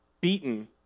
beaten